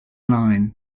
line